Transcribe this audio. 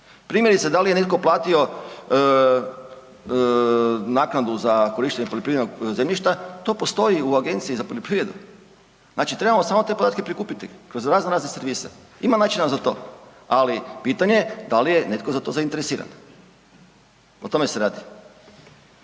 Primjerice, da li je netko platio naknadu za korištenje poljoprivrednog zemljišta, to postoji u Agenciji za poljoprivredu. Znači trebamo samo te podatke prikupiti kroz raznorazne servise, ali pitanje je da li je netko za to zainteresiran, o tome se radi.